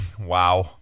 Wow